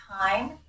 time